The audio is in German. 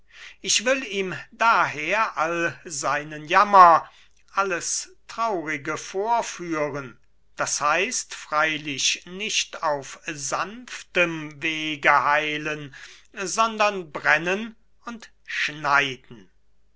ich will ihm daher all seinen jammer alles traurige vorführen das heißt nicht auf sanftem wege heilen sondern brennen und schneiden